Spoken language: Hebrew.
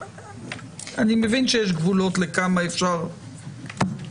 אני מבין שיש גבולות לכמה אפשר לפרט,